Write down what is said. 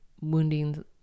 wounding